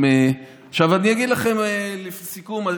אני אגיד לכם לסיכום,